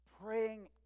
Praying